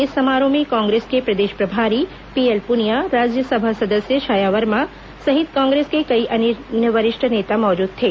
इस समारोह में कांग्रेस के प्रदेश प्रभारी पीएल पुनिया राज्यसभा सदस्य छाया वर्मा सहित कांग्रेस के कई अन्य वरिष्ठ नेता मौजूद थे